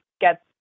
get